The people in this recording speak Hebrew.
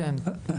כן.